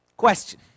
question